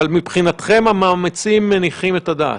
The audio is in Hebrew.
אבל מבחינתכם, המאמצים מניחים את הדעת?